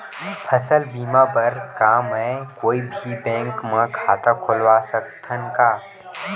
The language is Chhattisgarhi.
फसल बीमा बर का मैं कोई भी बैंक म खाता खोलवा सकथन का?